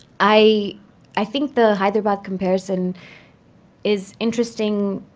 i i think the hyderabad comparison is interesting